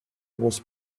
was